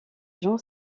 jean